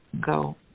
Go